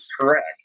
Correct